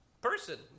person